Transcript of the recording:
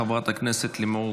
חברת הכנסת לימור